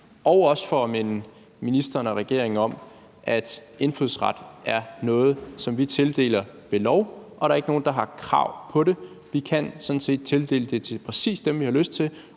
takke for at minde ministeren og regeringen om, at indfødsret er noget, som vi tildeler ved lov, og at der ikke er nogen, der har krav på det. Vi kan tildele det til præcis dem, vi har lyst til,